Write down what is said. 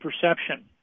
perception